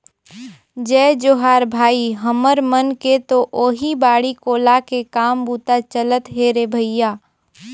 जय जोहार भाई, हमर मन के तो ओहीं बाड़ी कोला के काम बूता चलत हे रे भइया